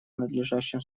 надлежащим